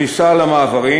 את התנאים לכניסה למעברים,